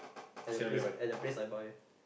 at the place at the place I buy